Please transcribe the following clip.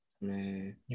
Man